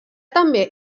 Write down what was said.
també